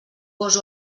gos